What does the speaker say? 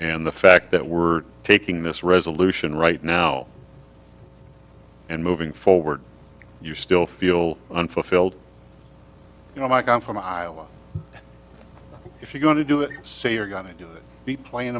and the fact that we're taking this resolution right now and moving forward you still feel unfulfilled you know mike i'm from iowa if you're going to do it so you're going to be playing